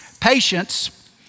Patience